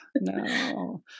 No